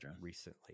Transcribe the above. recently